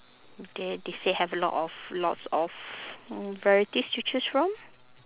there they say have a lot of lots of mm varieties to choose from